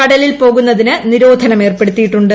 കടലിൽ പോകുന്നതിന് നിരോധനം ഏർപ്പെടുത്തിയിട്ടുണ്ട്